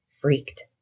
freaked